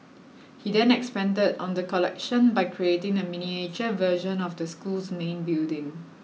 he then expanded on the collection by creating a miniature version of the school's main building